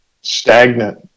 stagnant